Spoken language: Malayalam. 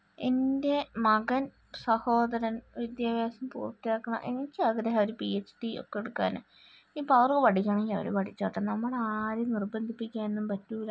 എൻ്റെ മകൻ സഹോദരൻ വിദ്യാഭ്യാസം പൂർത്തിയാക്കണം എനിക്ക് ആഗ്രഹാ ഒരു പി എച് ഡി ഒക്കെ എടുക്കാൻ ഇപ്പോൾ അവർക്ക് പഠിക്കണമെങ്കിൽ അവർ പേടിച്ചോട്ടെ നമ്മൾ ആരെയും നിർബന്ധിപ്പിക്കാനൊന്നും പറ്റില്ല